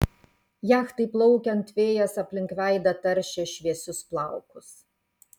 jachtai plaukiant vėjas aplink veidą taršė šviesius plaukus